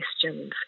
questions